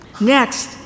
Next